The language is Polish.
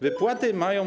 Wypłaty mają.